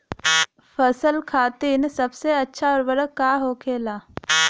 फसल खातीन सबसे अच्छा उर्वरक का होखेला?